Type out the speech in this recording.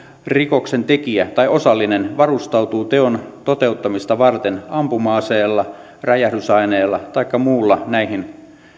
rikoksentekijä tai osallinen varustautuu teon toteuttamista varten ampuma aseella räjähdysaineella taikka muulla näiden